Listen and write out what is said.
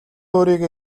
өөрийгөө